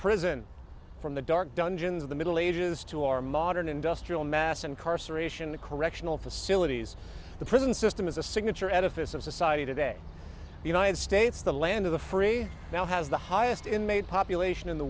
prison from the dark dungeons of the middle ages to our modern industrial mass incarceration correctional facilities the prison system is a signature edifice of society today the united states the land of the free now has the highest inmate population in the